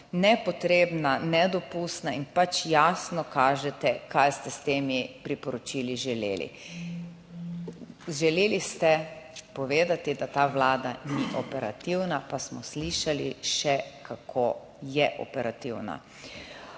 nepotrebna, nedopustna in pač jasno kažete kaj ste s temi priporočili želeli. Želeli ste povedati, da ta Vlada ni operativna, pa smo slišali še kako je operativna.